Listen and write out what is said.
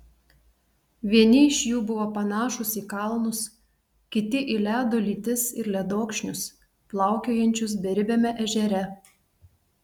vieni iš jų buvo panašūs į kalnus kiti į ledo lytis ir ledokšnius plaukiojančius beribiame ežere